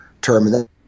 term